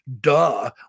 Duh